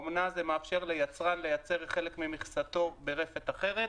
זה מאפשר ליצרן לייצר חלק ממכסתו ברפת אחרת,